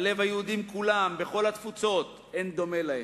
בלב היהודים כולם, בכל התפוצות, אין דומה להם.